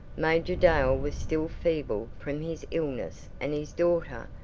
major dale was still feeble from his illness and his daughter,